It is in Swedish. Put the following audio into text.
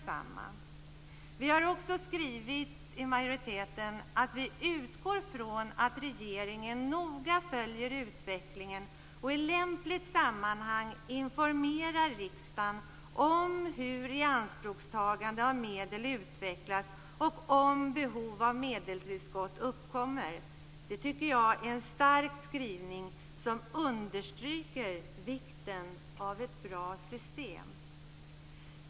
Vi i majoriteten har också skrivit att vi "- utgår från att regeringen noga följer utvecklingen och i lämpligt sammanhang informerar riksdagen om hur ianspråktagandet av medel utvecklas och om behov av medelstillskott uppkommer." Det tycker jag är en stark skrivning som understryker vikten av ett bra system.